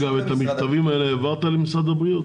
את המכתבים האלה העברת למשרד הבריאות?